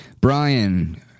Brian